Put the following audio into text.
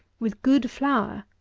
with good flour,